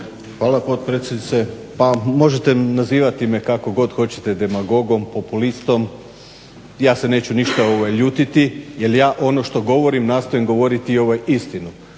Hvala potpredsjednice. Pa možete nazivati me kako god hoćete, demagogom, populistom, ja se neću ništa ljutiti jer ja ono što govorim nastojim govoriti istinu,